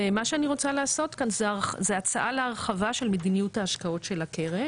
ומה שאני רוצה לעשות כאן זו הצעה להרחבה של מדיניות ההשקעות של הקרן,